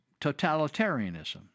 totalitarianism